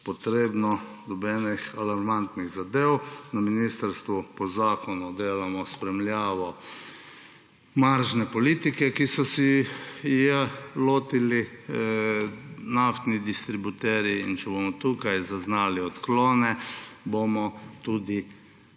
potrebnih nobenih alarmantnih zadev. Na ministrstvu po zakonu delamo spremljamo maržne politike, ki so se je lotili naftni distributerji. In če bomo tukaj zaznali odklone, bomo